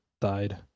died